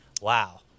wow